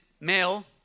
male